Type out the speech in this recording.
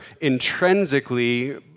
intrinsically